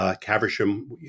Caversham